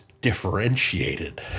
differentiated